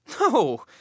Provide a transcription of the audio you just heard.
No